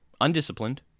Undisciplined